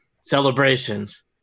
celebrations